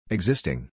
Existing